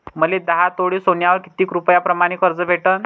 मले दहा तोळे सोन्यावर कितीक रुपया प्रमाण कर्ज भेटन?